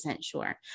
sure